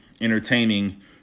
entertaining